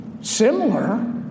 similar